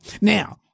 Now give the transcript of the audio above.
Now